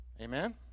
Amen